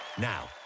Now